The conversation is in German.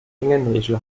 fingernägel